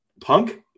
Punk